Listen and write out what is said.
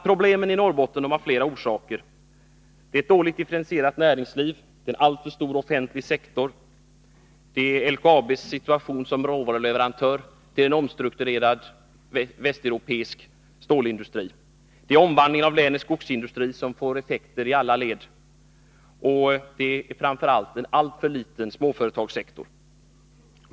Problemen i Norrbotten har flera orsaker: ett dåligt differentierat näringsliv, en alltför stor offentlig sektor, LKAB:s situation som råvaruleverantör till en omstrukturerad västeuropeisk stålindustri, omvandlingen av länets skogsindustri, som får effekter i alla led, och framför 21 allt en alltför liten småföretagssektor.